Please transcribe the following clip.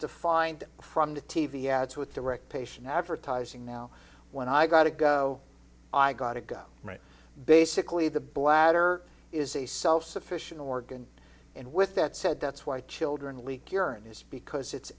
defined from the t v ads with direct patient advertising now when i gotta go i gotta go basically the bladder is a self sufficient organ and with that said that's why children leak urine is because it's